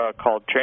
called